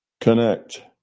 connect